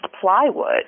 plywood